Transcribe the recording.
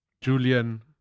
Julian